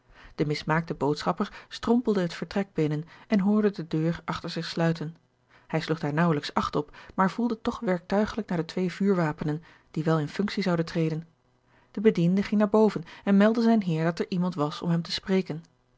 de mismaakte boodschapper strompelde het vertrek binnen en hoorde de deur achter zich sluiten hij sloeg daar naauwelijks acht op maar voelde toch werktuigelijk naar de twee vuurwapenen die wel in functie zouden treden de bediende ging naar boven en meldde zijn heer dat er iemand was om hem te spreken